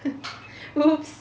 !oops!